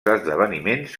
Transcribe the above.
esdeveniments